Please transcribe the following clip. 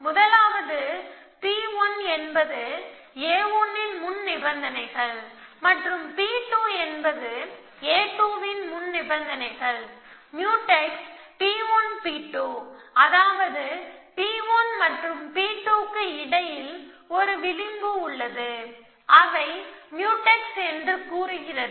முதலாவது P1 என்பது a1 ன் முன்நிபந்தனைகள் மற்றும் P2 என்பது a2 ன் முன்நிபந்தனைகள் முயூடெக்ஸ் P1P2 அதாவது P1 மற்றும் P2 க்கு இடையில் ஒரு விளிம்பு உள்ளது அவை முயூடெக்ஸ் என்று கூறுகிறது